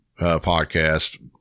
podcast